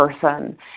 person